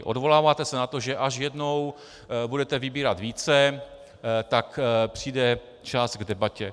Odvoláváte se na to, že až jednou budete vybírat více, tak přijde čas k debatě.